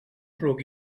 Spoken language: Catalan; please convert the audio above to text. ruc